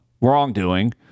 wrongdoing